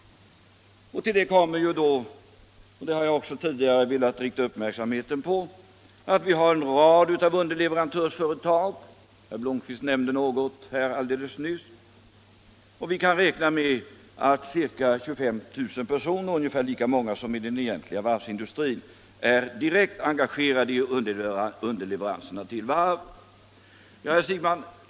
Till det kommer — och det har jag också tidigare riktat uppmärksamheten på — att vi har en rad underleverantörsföretag. Herr Blomkvist nämnde något om detta alldeles nyss. Vi kan räkna med att ca 25 000 personer, ungefär lika många som i den egentliga varvsindustrin, är engagerade som underleverantörer till varven.